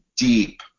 deep